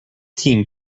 team